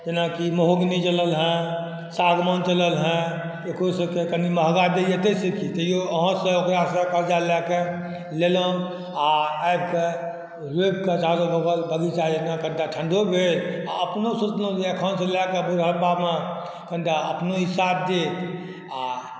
जेनाकि महोगनी चलल हँ सागमान चलल हँ एकरो सबके कनी महगा दैए ताहिसँ कि तैओ अहाँसँ ओकरासँ कर्जा लऽ कऽ लेलौँ आओर आबिके रोपिके चारू बगल कनिटा ठण्डो भेल आओर अपनो सोचलहुँ जे एखनसँ लऽ कऽ बुढ़ापामे कनिटा अपनो ई साथ देत आओर